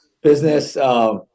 business